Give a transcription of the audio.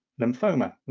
lymphoma